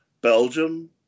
Belgium